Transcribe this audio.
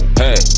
hey